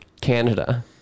Canada